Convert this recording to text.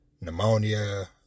pneumonia